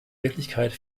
wirklichkeit